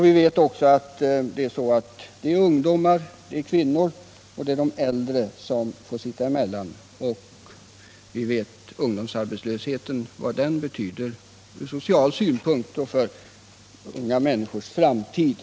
Vi vet också att det är särskilt ungdomar, kvinnor och äldre människor som får sitta emellan, och vi känner till vad ungdomsarbetslösheten betyder ur social synpunkt och för unga människors framtid.